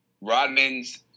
Rodman's